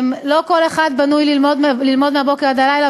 לא כל אחד בנוי ללמוד מהבוקר עד הלילה,